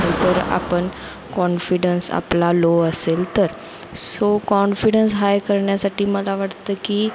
जर आपन कॉन्फिडन्स आपला लो असेल तर सो कॉन्फिडन्स हाय करण्यासाठी मला वाटतं की